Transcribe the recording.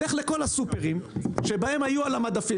לך לכל הסופרים שבהם היו על המדפים